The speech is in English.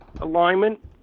alignment